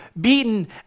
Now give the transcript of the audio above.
beaten